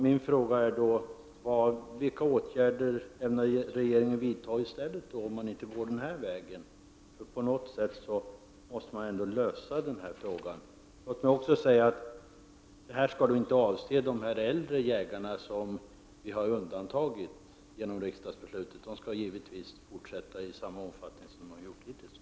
Min fråga gäller vilka åtgärder regeringen ämnar vidta i stället, om man inte går den här vägen. På något sätt måste man ändå lösa frågan. Låt mig också säga att detta skall inte avse de äldre jägarna, som vi har undantagit genom riksdagsbeslutet. De skall givetvis få fortsätta i samma omfattning som de har gjort tidigare.